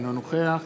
אינו נוכח